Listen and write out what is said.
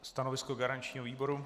Stanovisko garančního výboru?